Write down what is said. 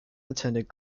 attended